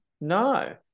No